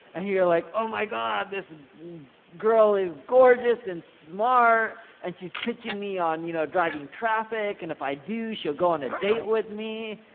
like, oh my god, this girl is gorgeous and smart and she's pitching me on you know driving traffic, and if i do, she'll go on a date with me,